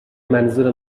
منظور